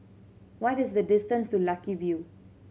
what is the distance to Lucky View